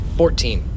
fourteen